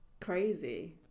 crazy